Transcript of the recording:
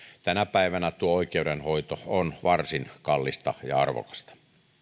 tänä päivänä tuo oikeudenhoito on varsin kallista ja arvokasta